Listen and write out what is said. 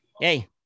Hey